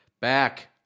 Back